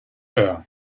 eure